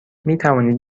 میتوانید